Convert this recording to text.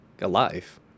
alive